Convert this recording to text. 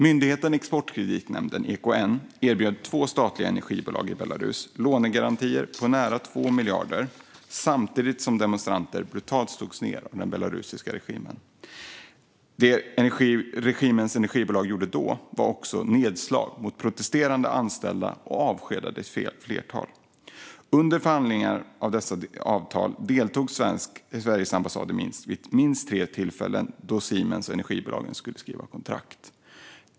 Myndigheten Exportkreditnämnden, EKN, erbjöd två statliga energibolag i Belarus lånegarantier på nära 2 miljarder, samtidigt som demonstranter brutalt slogs ned av den belarusiska regimen. Regimens energibolag gjorde då också nedslag mot protesterande anställda och avskedade ett flertal av dem. Under förhandlingarna av dessa avtal deltog Sveriges ambassad i Minsk vid minst tre tillfällen då Siemens och energibolagen skulle skriva kontrakt.